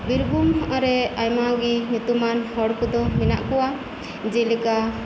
ᱵᱤᱨᱵᱷᱩᱢ ᱨᱮ ᱟᱭᱢᱟᱜᱤ ᱧᱩᱛᱩᱢᱟᱱ ᱦᱚᱲ ᱠᱚᱫᱚ ᱢᱮᱱᱟᱜ ᱠᱚᱣᱟ ᱡᱮᱞᱮᱠᱟ